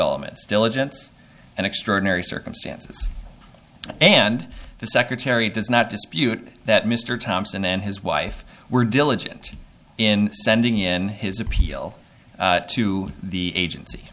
elements diligence and extraordinary circumstances and the secretary does not dispute that mr thompson and his wife were diligent in sending in his appeal to the agency